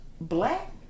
black